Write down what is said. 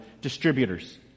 distributors